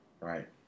Right